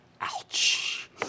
Ouch